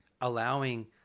allowing